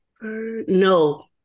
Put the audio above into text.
no